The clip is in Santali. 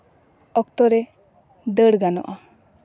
ᱚᱠᱛᱚ ᱨᱮ ᱫᱟᱹᱲ ᱜᱟᱱᱚᱜᱼᱟ